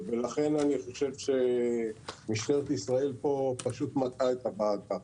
לכן אני חושב שמשטרת ישראל פה פשוט מטעה את הוועדה.